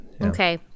Okay